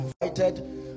invited